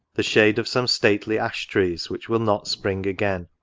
the shade of some stately ash-trees, which will not spring again.